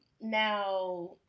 now